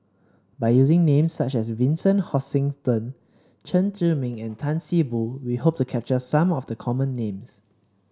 by using names such as Vincent Hoisington Chen Zhiming and Tan See Boo we hope to capture some of the common names